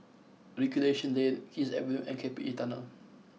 Recreation Lane King's Avenue and K P E Tunnel